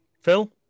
Phil